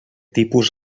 tipus